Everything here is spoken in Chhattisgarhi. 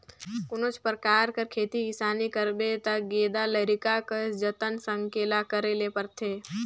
कोनोच परकार कर खेती किसानी करबे ता गेदा लरिका कस जतन संकेला करे ले परथे